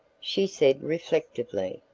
she said reflectively,